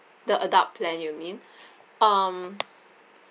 the adult plan you mean um